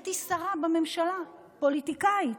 נהייתי שרה בממשלה, פוליטיקאית.